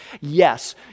Yes